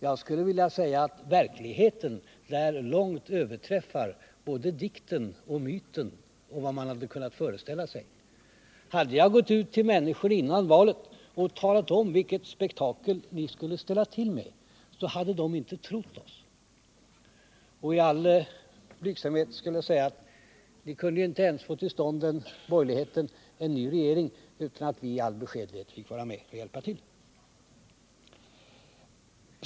Jag skulle vilja säga att verkligheten långt överträffar både dikten och myten och vad man hade kunnat föreställa sig. Om jag hade gått ut till människorna före valet och talat om vilket spektakel ni skulle ställa till med hade de inte trott mig. I all blygsamhet kan jag säga att ni inom borgerligheten ju inte ens kunde få till stånd en ny regering utan att vi i all beskedlighet fick vara med och hjälpa till.